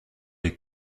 les